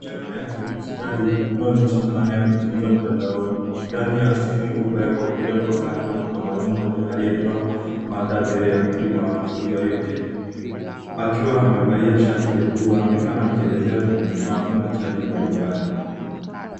Mkutano ya kidijitali unaoonyesha dhana ya kujifunza mtandaoni. Ndani ya skrini kubwa ya kompyuta mpakato kuna mwalimu mmoja aliyetoa mada mbele ya kundi la wanafunzi walioketi akiwa amevalia shati jekundu. Anaonekana akielezea kwenye grafu na chati mbalimbali.